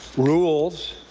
rules